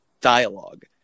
dialogue